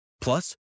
Plus